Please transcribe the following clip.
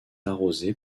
arrosée